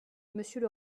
monsieur